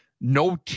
No